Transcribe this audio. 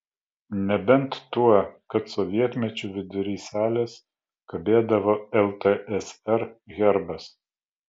nebent tuo kad sovietmečiu vidury salės kabėdavo ltsr herbas